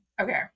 okay